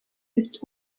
ist